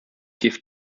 gift